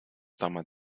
damals